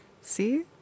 see